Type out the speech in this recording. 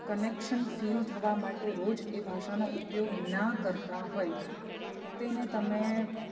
connection feel થવા માટે રોજ એ ભાષાનો ઉપયોગ ના કરતા હોય તેને તમે